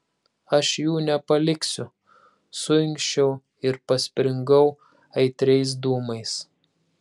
aš jų nepaliksiu suinkščiau ir paspringau aitriais dūmais